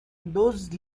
those